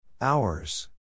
Hours